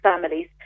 families